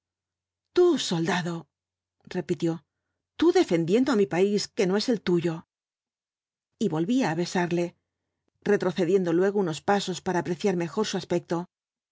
soldado repitió tú defendiendo á mi país que no es el tuyo y volvía á besarle retrocediendo luego unos pasos para apreciar mejor su aspecto